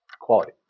quality